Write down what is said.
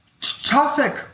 traffic